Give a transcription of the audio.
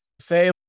say